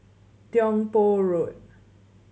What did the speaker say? Tiong Poh Road